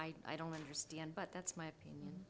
i i don't understand but that's my opinion